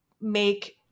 make